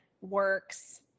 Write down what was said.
works